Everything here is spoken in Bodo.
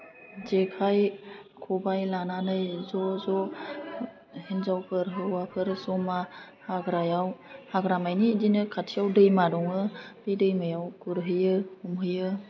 जेखाइ खबाइ लानानै ज' ज' हिन्जावफोर हौवाफोर ज'मा हाग्रायाव हाग्रा मानि बिदिनो खाथियाव दैमा दङ बे दैमायाव गुरहैयो हमहैयो